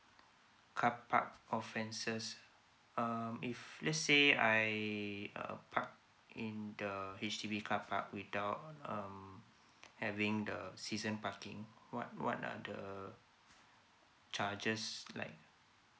carpark offences um if let's say I uh park in the H_D_B carpark without uh having the season parking what what are the charges like